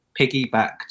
piggybacked